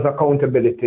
accountability